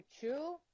two